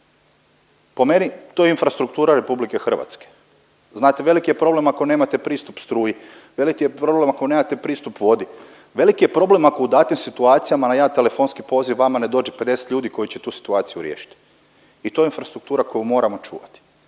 po meni to je infrastruktura RH, znate veliki je problem ako nemate pristup struji, veliki je problem ako nemate pristup vodi, velik je problem ako u datim situacijama na jedan telefonski poziv vama ne dođe 50 ljudi koji će tu situaciju riješit i to je infrastruktura koju moramo čuvati.